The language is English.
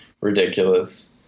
ridiculous